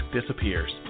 disappears